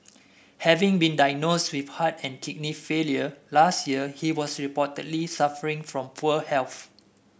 having been diagnosed with heart and kidney failure last year he was reportedly suffering from poor health